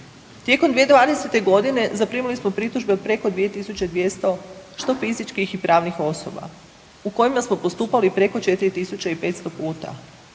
Tijekom 2020. g. zaprimili smo pritužbe od preko 2200, što fizičkih i pravnih osoba u kojima smo postupali preko 4500 puta.